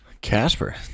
Casper